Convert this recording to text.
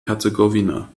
herzegowina